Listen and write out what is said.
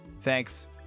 Thanks